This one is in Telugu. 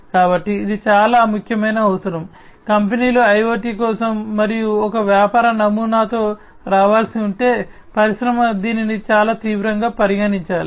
కాబట్టి ఇది చాలా ముఖ్యమైన అవసరం కంపెనీలు IoT కోసం మనము ఒక వ్యాపార నమూనాతో రావాల్సి ఉంటే పరిశ్రమ దీనిని చాలా తీవ్రంగా పరిగణించాలి